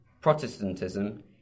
Protestantism